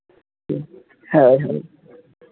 ᱦᱳᱭ ᱦᱳᱭ